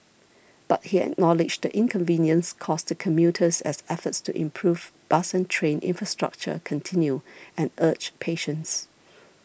but he acknowledged the inconvenience caused to commuters as efforts to improve bus and train infrastructure continue and urged patience